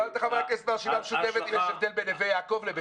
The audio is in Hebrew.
תשאל חברי כנסת מהרשימה המשותפת אם יש הבדל בין נווה יעקב לבית אל.